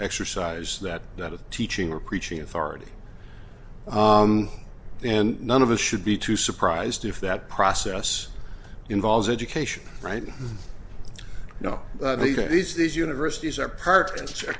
exercise that that of teaching or preaching authority and none of us should be too surprised if that process involves education right you know these these universities are part and